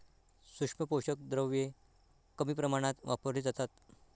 सूक्ष्म पोषक द्रव्ये कमी प्रमाणात वापरली जातात